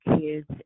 kids